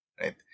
right